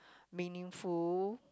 meaningful